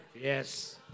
Yes